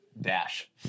dash